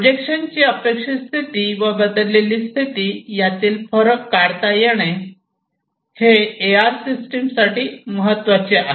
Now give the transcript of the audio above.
प्रोजेक्शनची अपेक्षित स्थिती व बदललेली स्थिती यातील फरक काढता येणे ए आर सिस्टम साठी महत्त्वाचे आहे